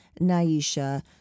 Naisha